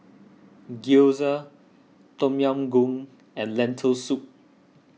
Gyoza Tom Yam Goong and Lentil Soup